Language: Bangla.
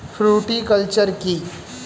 ফ্রুটিকালচার কী?